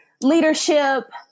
leadership